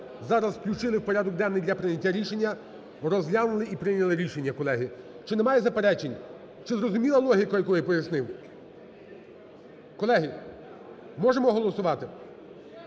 зараз включили в порядок денний для прийняття рішення, розглянули і прийняли рішення, колеги. Чи немає заперечень, чи зрозуміла логіка, яку я пояснив? Колеги, можемо голосувати?